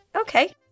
Okay